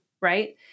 right